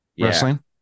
Wrestling